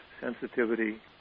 sensitivity